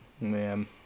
Man